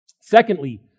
Secondly